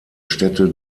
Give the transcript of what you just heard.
städte